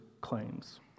claims